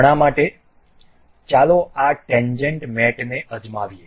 હમણાં માટે ચાલો આ ટેન્જેન્ટ મેટને અજમાવીએ